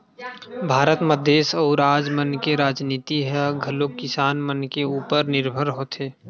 भारत म देस अउ राज मन के राजनीति ह घलोक किसान मन के उपर निरभर होथे